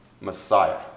Messiah